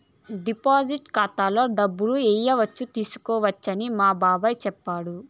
deposit ఖాతాలో డబ్బులు ఏయచ్చు తీసుకోవచ్చని మా బాబాయ్ చెప్పాడు